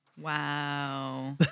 Wow